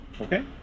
Okay